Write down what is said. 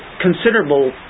considerable